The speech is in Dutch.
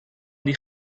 die